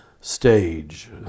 stage